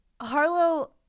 Harlow